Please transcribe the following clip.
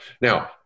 Now